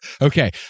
okay